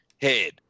head